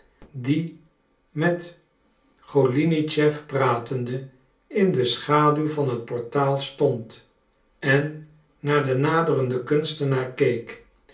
die met golinitschef pratende in de schaduw van het portaal stond en naar den naderenden kunstenaar